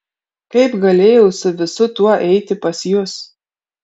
kaip galėjau su visu tuo eiti pas jus